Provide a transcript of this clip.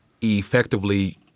effectively